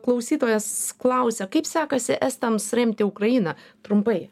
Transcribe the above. klausytojas klausia kaip sekasi estams remti ukrainą trumpai